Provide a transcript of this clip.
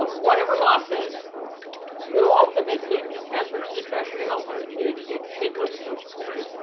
ah whatever losses will ultimately be transferred to the treasury, and ultimately, it it will be socialized.